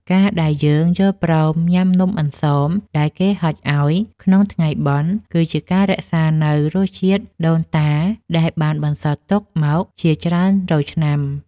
ការដែលយើងយល់ព្រមញ៉ាំនំអន្សមដែលគេហុចឱ្យក្នុងថ្ងៃបុណ្យ គឺជាការរក្សានូវរសជាតិដូនតាដែលបានបន្សល់ទុកមកជាច្រើនរយឆ្នាំ។